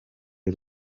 y’u